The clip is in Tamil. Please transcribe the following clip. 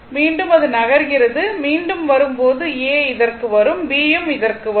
மீண்டும் அது நகர்கிறது மீண்டும் வரும் போது A இதற்கு வரும் B யும் இதற்கு வரும்